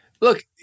Look